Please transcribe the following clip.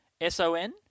S-O-N